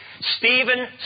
Stephen